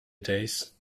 days